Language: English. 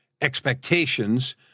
expectations